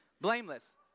Blameless